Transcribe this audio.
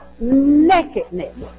nakedness